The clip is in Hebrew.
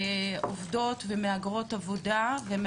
העובדות והעובדים הזרים, מהגרות ומהגרי